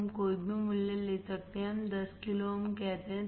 हम कोई भी मूल्य ले सकते हैं हम 10 किलो ओम कहते हैं